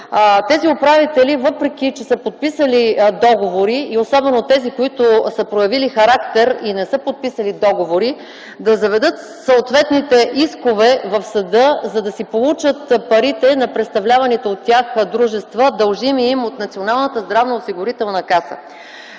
тези управители, въпреки че са подписали договори и особено тези, които са проявили характер и не са подписали договори, да заведат съответните искове в съда, за да си получат парите на представляваните от тях дружества, дължими им от Националната здравноосигурителна каса.